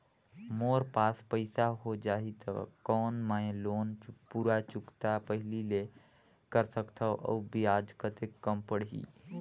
मोर पास पईसा हो जाही त कौन मैं लोन पूरा चुकता पहली ले कर सकथव अउ ब्याज कतेक कम पड़ही?